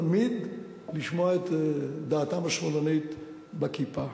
תמיד לשמוע את דעתם השמאלנית בכיפה.